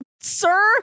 sir